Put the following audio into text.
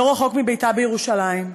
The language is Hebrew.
לא רחוק מביתה בירושלים.